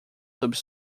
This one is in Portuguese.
sobre